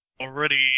Already